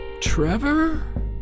Trevor